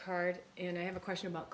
card and i have a question about